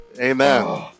Amen